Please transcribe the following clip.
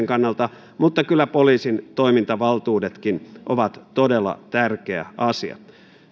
kannalta mutta kyllä poliisin toimintavaltuudetkin ovat todella tärkeä asia